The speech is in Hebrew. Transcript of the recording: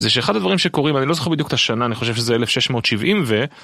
זה שאחד הדברים שקורים, אני לא זוכר בדיוק את השנה, אני חושב שזה 1670 ו...